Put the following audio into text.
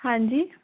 ਹਾਂਜੀ